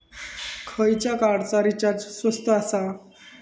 खयच्या कार्डचा रिचार्ज स्वस्त आसा?